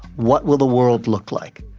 what will the world look like?